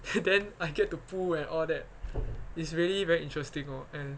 and then I get to pull and all that is really very interesting orh and